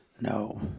No